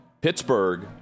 Pittsburgh